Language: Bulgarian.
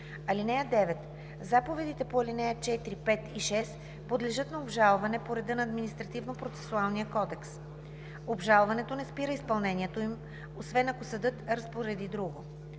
ал. 6. (9) Заповедите по ал. 4, 5 и 6 подлежат на обжалване по реда на Административнопроцесуалния кодекс. Обжалването не спира изпълнението им, освен ако съдът разпореди друго.